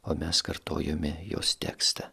o mes kartojome jos tekstą